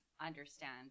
understand